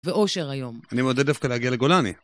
ואושר היום. אני מודה דווקא להגיע לגולני.